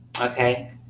Okay